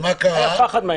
מה קרה?